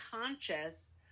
conscious